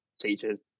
teachers